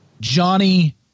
Johnny